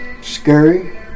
scary